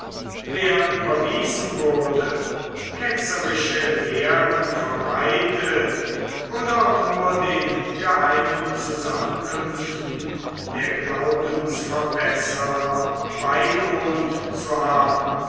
wer überwiesen wurde ketzerische lehren verbreitet oder auch nur den geheimen zusammenkünften der glaubensverbesserer beigewohnt zu haben